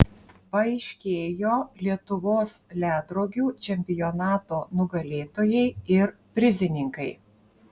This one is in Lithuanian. paaiškėjo lietuvos ledrogių čempionato nugalėtojai ir prizininkai